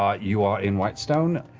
ah you are in whitestone,